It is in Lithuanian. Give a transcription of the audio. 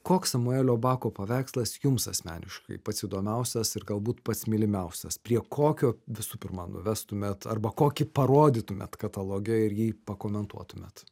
koks samuelio bako paveikslas jums asmeniškai pats įdomiausias ir galbūt pats mylimiausias prie kokio visų pirma nuvestumėt arba kokį parodytumėt kataloge ir jį pakomentuotumėt